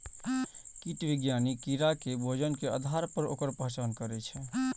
कीट विज्ञानी कीड़ा के भोजन के आधार पर ओकर पहचान करै छै